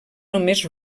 només